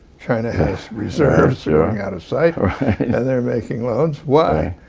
china has reserves going out of sight and they're making loans. why?